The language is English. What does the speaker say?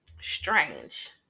strange